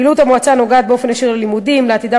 פעילות המועצה נוגעת באופן ישיר ללימודים ולעתידם